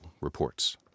reports